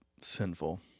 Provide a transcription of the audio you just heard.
sinful